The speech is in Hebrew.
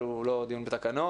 אבל זה לא היה דיון בתקנות.